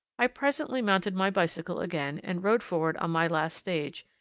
i presently mounted my bicycle again and rode forward on my last stage,